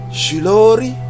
shilori